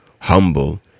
humble